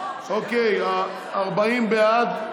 40 בעד,